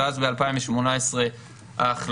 ואז ב-2018 ההחלטה,